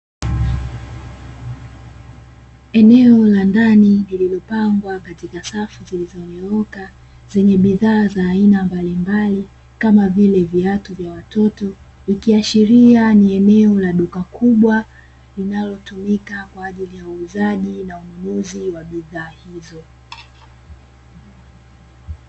Eneo la ndani lililopangwa katika safu zilizonyooka zenye bidhaa za aina mbalimbali kama vile viatu vya watoto, ikiashiria ni eneo la duka kubwa linalotumika kwa ajili ya uuzaji na ununuzi wa bidhaa hizo.